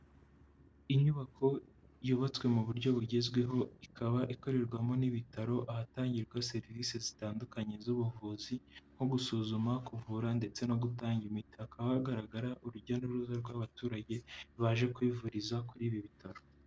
Inyubako yubatswe mu buryo bugezweho, ikaba ikorerwamo n'ibitaro ahatangirwa serivisi zitandukanye z'ubuvuzi, nko gusuzuma, kuvura ndetse no gutanga imiti. Hakaba hagaragara urujya n'uruza rw'abaturage baje kuyivuriza kuri ibi bitaro.